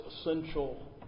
essential